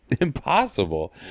impossible